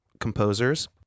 composers